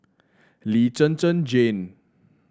Lee Zhen Zhen Jane